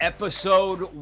Episode